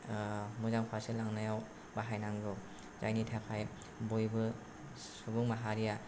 मोजां फारसे लांनायाव बाहायनांगौ जायनि थाखाय बयबो सुबुं माहारिया